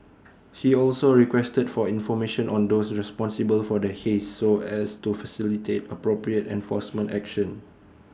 he also requested for information on those responsible for the haze so as to facilitate appropriate enforcement action